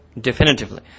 definitively